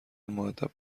مودب